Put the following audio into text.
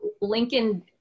Lincoln